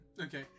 Okay